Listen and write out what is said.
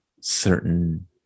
certain